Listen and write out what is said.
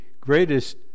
greatest